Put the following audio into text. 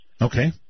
Okay